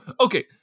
okay